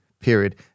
period